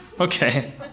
Okay